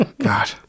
god